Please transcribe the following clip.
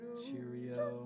cheerio